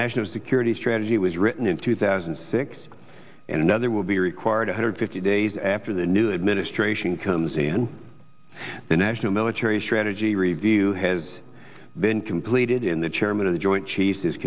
national security strategy was written in two thousand and six and another will be required one hundred fifty days after the new administration comes in the national military strategy review has been completed in the chairman of the joint ch